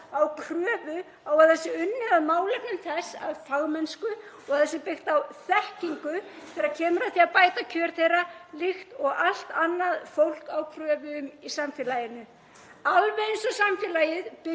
á kröfu um að það sé unnið að málefnum þess af fagmennsku og að það sé byggt á þekkingu þegar kemur að því að bæta kjör þess, líkt og allt annað fólk á kröfu um í samfélaginu, alveg eins og samfélagið